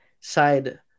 side